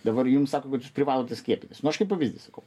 dabar jums sako kad privalote skiepytis nu aš kaip pavyzdys sakau